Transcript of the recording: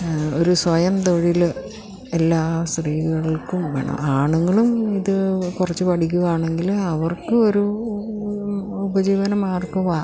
ഒരു സ്വയം തൊഴിൽ എല്ലാ സ്ത്രീകൾക്കും വേണം ആണുങ്ങളും ഇത് കുറച്ച് പഠിക്കുകയാണെങ്കിൽ അവർക്കുമൊരു ഉപജീവനമാർഗ്ഗമാണ്